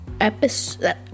episode